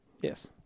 Yes